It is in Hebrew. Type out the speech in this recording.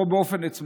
לא באופן עצמאי,